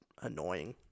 annoying